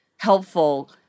helpful